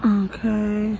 okay